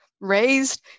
raised